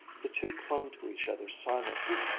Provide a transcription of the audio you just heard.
the two clung to each other silently,